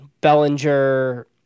Bellinger